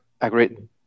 Agreed